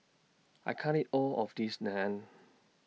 I can't eat All of This Naan